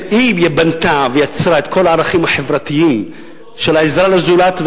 היא בנתה ויצרה את כל הערכים החברתיים של העזרה לזולת,